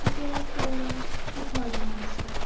કે કોઈ એક કાઠિયાવાડી માણસ છે